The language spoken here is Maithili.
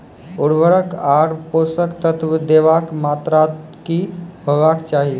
उर्वरक आर पोसक तत्व देवाक मात्राकी हेवाक चाही?